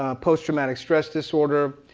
ah post-traumatic stress disorder.